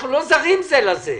אנחנו לא זרים זה לזה.